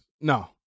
No